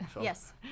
Yes